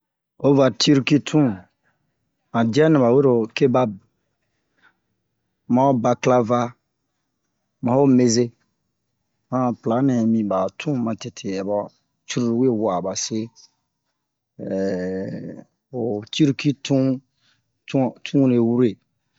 o va Tirki tun han diya nɛ ɓa wero kebab ma ho baklava ma ho meze han pla nɛ mi bun ɓa tun matete aba curulu we wa'a ba se ho tirki tun tun tun-re wure